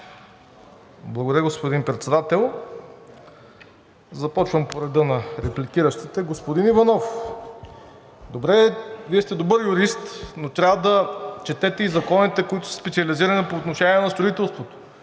Благодаря, господин Председател. Започвам по реда на репликиращите. Господин Иванов, Вие сте добър юрист, но трябва да четете и законите, които са специализирани по отношение на строителството.